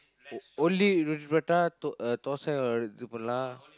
o~ only prata thosai இது பண்ணு:ithu pannu lah